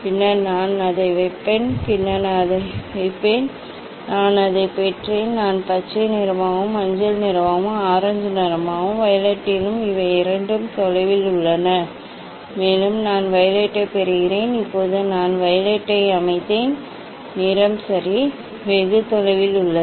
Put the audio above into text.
பின்னர் நான் அதை வைப்பேன் பின்னர் நான் அதை வைப்பேன் ஆம் நான் அதைப் பெற்றேன் நான் பச்சை நிறமாகவும் பின்னர் மஞ்சள் பின்னர் ஆரஞ்சு ஆம் பின்னர் வயலட்டிலும் இவை இரண்டு தொலைவில் உள்ளன மேலும் நான் வயலட்டைப் பெறுகிறேன் இப்போது நான் வயலட் அமைத்தேன் நிறம் சரி அது வெகு தொலைவில் உள்ளது